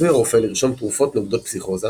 עשוי הרופא לרשום תרופות נוגדות פסיכוזה